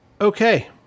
Okay